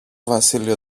βασίλειο